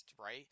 right